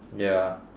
ya